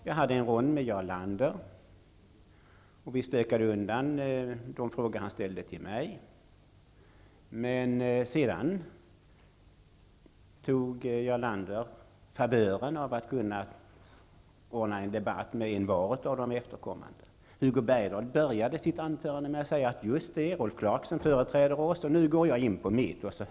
Jag hade en rond med Jarl Lander. Vi stökade undan de frågor han ställde till mig. Men sedan tog Jarl Lander favören av att kunna debattera med envar av de efterkommande talarna. Hugo Bergdahl inledde sitt anförande med att säga att Rolf Clarkson företräder utskottsmajoriteten, men nu skulle han diskutera sitt ämnesområde.